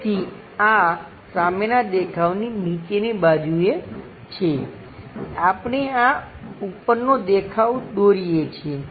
તેથી આ સામેનાં દેખાવની નીચેની બાજુએ છે આપણે આ ઉપરનો દેખાવ દોરીએ છીએ